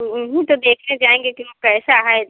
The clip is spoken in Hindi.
ऊ ही तो देखते जाएँगे कि ऊ कैसा है